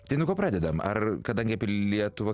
tai nuo ko pradedam ar kadangi lietuva